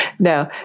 No